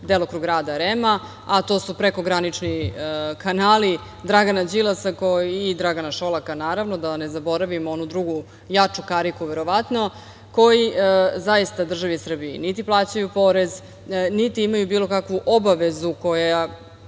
delokrug rada REM-a, a to su prekogranični kanali Dragana Đilasa i Dragana Šolaka, naravno, da ne zaboravimo onu drugu, jaču kariku verovatno, koji zaista državi Srbiji niti plaćaju porez, niti imaju bilo kakvu obavezu koja